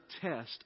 test